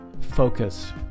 focus